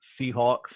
Seahawks